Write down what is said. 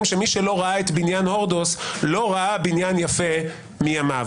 שמי שלא ראה את בניין הורדוס לא ראה בניין יפה מימיו.